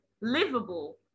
livable